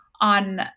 on